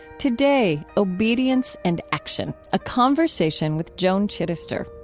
today, obedience and action, a conversation with joan chittister